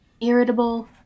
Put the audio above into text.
irritable